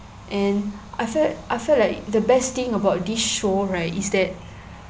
and I felt I felt like the best thing about this show right is that